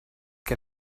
que